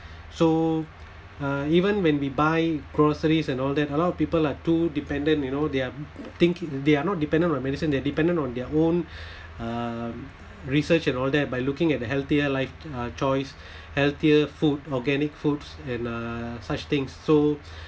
so uh even when we buy groceries and all that a lot of people are too dependent you know they're think~ they are not dependent on medicine they're dependent on their own um research and all that by looking at the healthier life uh choice healthier food organic foods and uh such things so